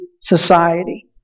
society